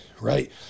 right